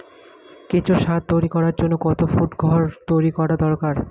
কেঁচো সার তৈরি করার জন্য কত ফুট ঘর তৈরি করা দরকার?